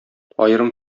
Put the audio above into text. аерым